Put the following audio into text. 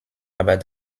aber